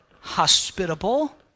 hospitable